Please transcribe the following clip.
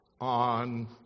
on